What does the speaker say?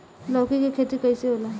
लौकी के खेती कइसे होला?